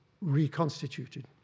reconstituted